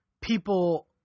people